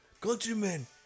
countrymen